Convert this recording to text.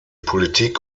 politik